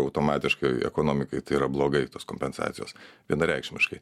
automatiškai ekonomikai tai yra blogai tos kompensacijos vienareikšmiškai